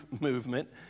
movement